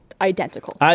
identical